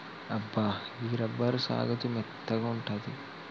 అబ్బా గీ రబ్బరు సాగుతూ మెత్తగా ఉంటుంది